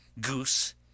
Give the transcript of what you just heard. GOOSE